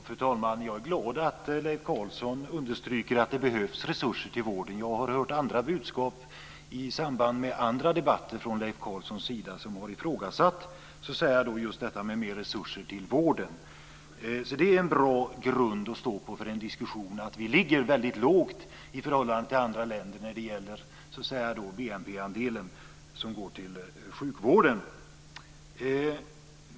Fru talman! Jag är glad att Leif Carlson understryker att det behövs resurser till vården. Jag har hört andra budskap från Leif Carlsons sida i samband med andra debatter, där han har ifrågasatt just mer resurser till vården. Det är en bra grund att stå på för en diskussion att vi ligger väldigt lågt i förhållande till andra länder när det gäller BNP-andelen som går till sjukvården.